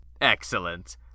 Excellent